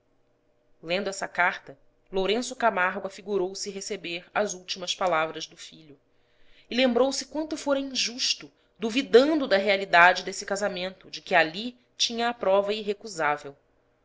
lendo essa carta lourenço camargo afigurou se receber as últimas palavras do filho e lembrou-se quanto fora injusto duvidando da realidade desse casamento de que ali tinha a prova irrecusável